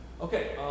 Okay